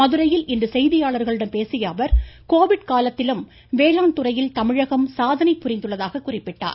மதுரையில் இன்று செய்தியாளர்களிடம் பேசிய அவர் கோவிட் காலத்திலும் வேளாண் துறையில் தமிழகம் சாதனை புரிந்துள்ளதாக குறிப்பிட்டார்